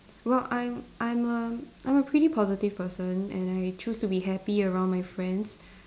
well I'm I'm a I'm a pretty positive person and I choose to be happy around my friends